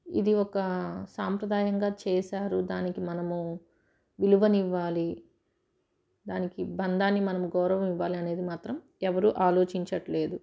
ఇది ఒక సాంప్రదాయంగా చేశారు దానికి మనము విలువని ఇవ్వాలి దానికి బంధాన్ని మనం గౌరవం ఇవ్వాలి అనేది మాత్రం ఎవరు ఆలోచించట్లేదు